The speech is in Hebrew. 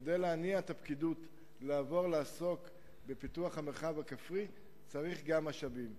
כדי להניע את הפקידות לעבור לעסוק בפיתוח המרחב הכפרי צריך גם משאבים.